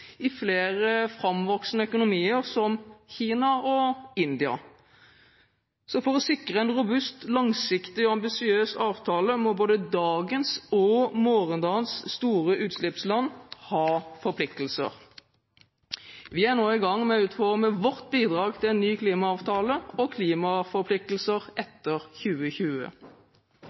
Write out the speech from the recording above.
i flere framvoksende økonomier, som Kina og India. Så for å sikre en robust, langsiktig og ambisiøs avtale må både dagens og morgendagens store utslippsland ha forpliktelser. Vi er nå i gang med å utforme vårt bidrag til en ny klimaavtale og klimaforpliktelser etter 2020.